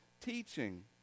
teaching